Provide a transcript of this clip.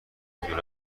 دور